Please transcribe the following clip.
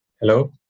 Hello